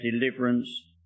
deliverance